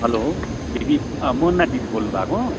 hello दिदी अँ मोना दिदी बोल्नुभएको हो